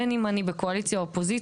בין אם אני בקואליציה או באופוזיציה,